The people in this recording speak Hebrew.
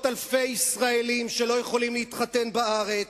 אלפי ישראלים שלא יכולים להתחתן בארץ,